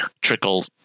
trickle